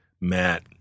Matt